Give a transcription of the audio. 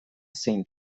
zein